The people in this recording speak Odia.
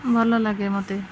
ଭଲ ଲାଗେ ମୋତେ